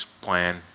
plan